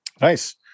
Nice